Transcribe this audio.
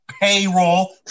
payroll